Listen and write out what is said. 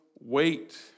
wait